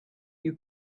you